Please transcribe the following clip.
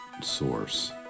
source